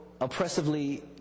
oppressively